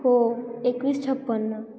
हो एकवीस छप्पन्न